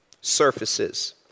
surfaces